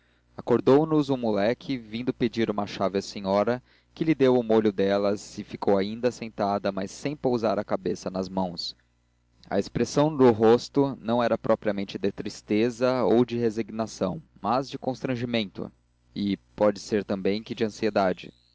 tempo acordou nos um moleque vindo pedir uma chave à senhora que lhe deu o molho delas e ficou ainda sentada mas sem pousar a cabeça nas mãos a expressão do rosto não era propriamente de tristeza ou de resignação mas de constrangimento e pode ser também que de ansiedade